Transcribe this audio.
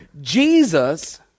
Jesus